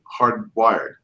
hardwired